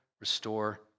restore